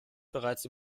bereits